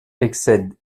excède